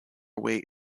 away